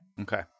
Okay